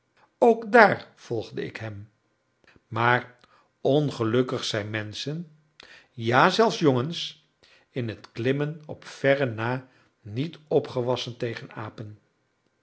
ook daar volgde ik hem maar ongelukkig zijn menschen ja zelfs jongens in het klimmen op verre na niet opgewassen tegen apen